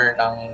ng